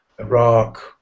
Iraq